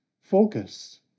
focus